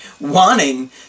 wanting